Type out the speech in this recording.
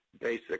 basic